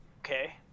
okay